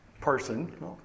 person